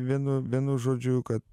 vienu vienu žodžiu kad